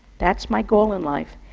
that's my goal in life.